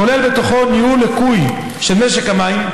הכולל ניהול לקוי של משק המים,